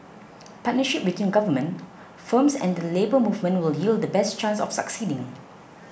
partnership between Government firms and the Labour Movement will yield the best chance of succeeding